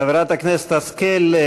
חברת הכנסת השכל,